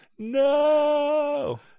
No